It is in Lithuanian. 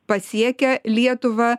pasiekia lietuvą